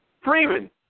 Freeman